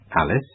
Alice